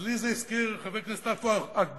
לי זה הזכיר, חבר הכנסת עפו אגבאריה,